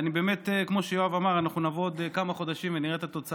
באמת, כמו שיואב אמר, נעבוד כמה חודשים